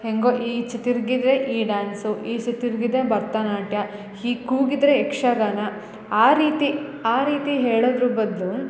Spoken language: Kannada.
ಹೇಗೋ ಈಚೆ ತಿರ್ಗಿದ್ದರೆ ಈ ಡ್ಯಾನ್ಸು ಈಚೆ ತಿರ್ಗಿದ್ದರೆ ಭರ್ತನಾಟ್ಯ ಹೀಗೆ ಕೂಗಿದ್ದರೆ ಯಕ್ಷಗಾನ ಆ ರೀತಿ ಆ ರೀತಿ ಹೇಳೊದ್ರ ಬದಲು